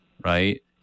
right